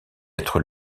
être